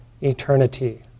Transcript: eternity